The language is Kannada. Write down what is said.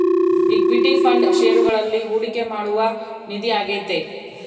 ಇಕ್ವಿಟಿ ಫಂಡ್ ಷೇರುಗಳಲ್ಲಿ ಹೂಡಿಕೆ ಮಾಡುವ ನಿಧಿ ಆಗೈತೆ